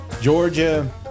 georgia